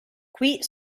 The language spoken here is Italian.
qui